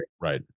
right